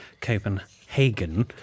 Copenhagen